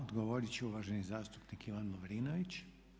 Odgovorit će uvaženi zastupnik Ivan Lovrinović.